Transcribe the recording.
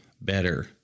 better